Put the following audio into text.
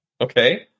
Okay